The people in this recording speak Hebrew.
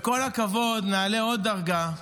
בכל הכבוד, נעלה עוד דרגה,